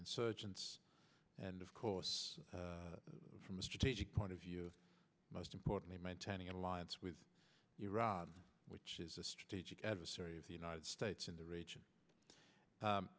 insurgents and of course from a strategic point of view most importantly maintaining an alliance with iran which is a strategic adversary of the united states in the region